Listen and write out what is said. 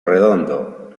redondo